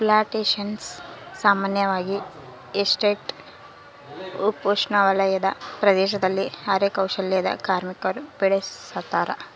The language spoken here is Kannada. ಪ್ಲಾಂಟೇಶನ್ಸ ಸಾಮಾನ್ಯವಾಗಿ ಎಸ್ಟೇಟ್ ಉಪೋಷ್ಣವಲಯದ ಪ್ರದೇಶದಲ್ಲಿ ಅರೆ ಕೌಶಲ್ಯದ ಕಾರ್ಮಿಕರು ಬೆಳುಸತಾರ